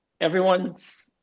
everyone's